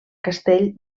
castell